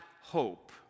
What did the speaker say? hope